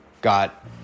got